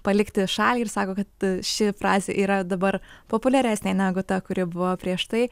palikti šalį ir sako kad ši frazė yra dabar populiaresnė negu ta kuri buvo prieš tai